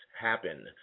happen